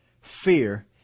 Fear